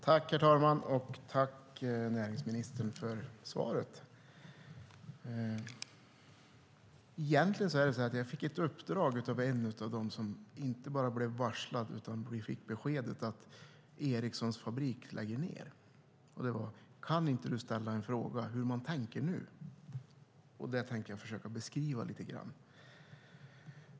Herr talman! Jag tackar näringsministern för svaret. Egentligen fick jag ett uppdrag av en av dem som inte bara blev varslade utan fick beskedet att Ericssons fabrik läggs ned: Kan inte du ställa en fråga om hur man tänker nu? Detta tänker jag försöka beskriva lite grann.